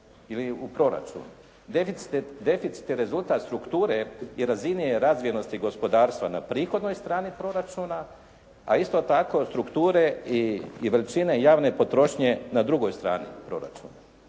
Deficit je rezultat strukture i razine razvijenosti gospodarstva na prihodnoj strani proračuna, a isto tako strukture i vrućine javne potrošnje na drugoj strani proračuna.